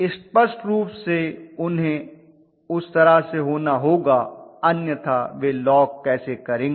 स्पष्ट रूप से उन्हें उस तरह से होना होगा अन्यथा वे लॉक कैसे करेंगे